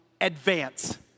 advance